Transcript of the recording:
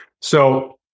So-